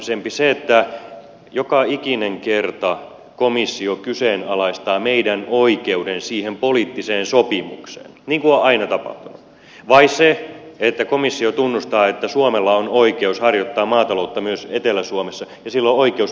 se että joka ikinen kerta komissio kyseenalaistaa meidän oikeuden siihen poliittiseen sopimukseen niin kuin on aina tapahtunut vai se että komissio tunnustaa että suomella on oikeus harjoittaa maataloutta myös etelä suomessa ja sillä on oikeusperusta